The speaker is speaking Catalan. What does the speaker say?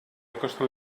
acosta